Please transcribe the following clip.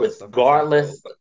regardless